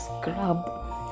scrub